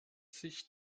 sich